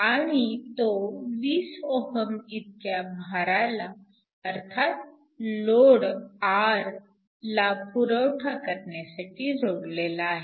आणि तो 20 Ω इतक्या भाराला अर्थात लोड R ला पुरवठा करण्यासाठी जोडलेला आहे